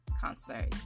concert